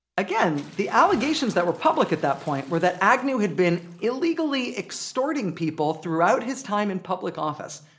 again, the allegations that were public at that point were that agnew had been illegally extorting people throughout his time in public office,